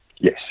Yes